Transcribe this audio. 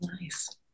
Nice